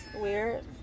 weird